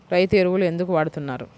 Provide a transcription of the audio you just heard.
రైతు ఎరువులు ఎందుకు వాడుతున్నారు?